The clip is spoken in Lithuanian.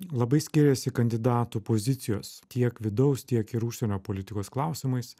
labai skiriasi kandidatų pozicijos tiek vidaus tiek ir užsienio politikos klausimais